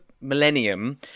Millennium